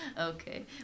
okay